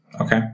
Okay